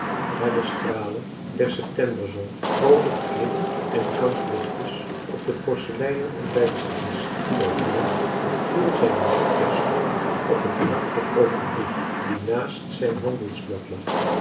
waar de stralen der septemberzon vroolijke glim en kantlichjes op het porseleinen ontbijtservies tooverden viel zijn blik terstond op een aangekomen brief die naast zijn handelsblad lag